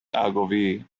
ogilvy